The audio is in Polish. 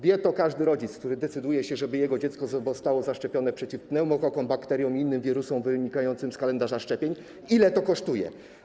Wie to każdy rodzic, który decyduje się, żeby jego dziecko zostało zaszczepione przeciw pneumokokom, bakteriom i innym wirusom, co wynika z kalendarza szczepień, ile to kosztuje.